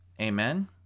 Amen